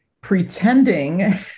pretending